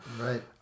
Right